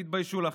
תתביישו לכם.